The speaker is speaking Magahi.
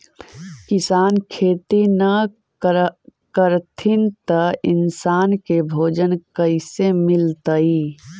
किसान खेती न करथिन त इन्सान के भोजन कइसे मिलतइ?